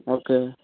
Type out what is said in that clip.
okay